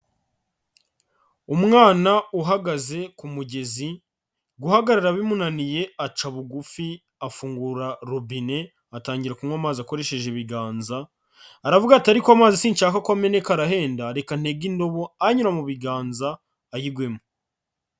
Umwana uhagaze ku mugezi, guhagarara bimunaniye aca bugufi afungura robine, atangira kunywa amazi akoresheje ibiganza, aravuga ati ariko amazi sinshaka ko ameneka arahenda, reka ntege indobo anyura mu biganza ayigwemo.